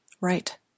Right